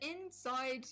inside